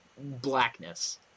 blackness